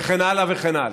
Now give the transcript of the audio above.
וכן הלאה וכן הלאה.